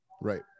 right